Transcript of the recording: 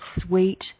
sweet